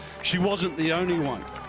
she wasn't the only one.